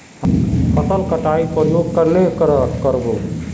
फसल कटाई प्रयोग कन्हे कर बो?